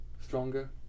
stronger